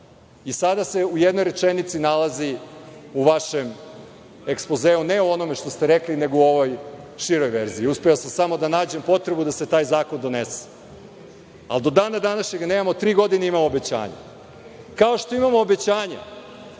Sada se u jednoj rečenici nalazi u vašem ekspozeu, ne u onome što ste rekli, nego u ovoj široj verziji. Uspeo sam samo da nađem potrebu da se taj zakon donese. Ali do dana današnjeg nemamo, tri godine imamo obećanja. Kao što imamo obećanja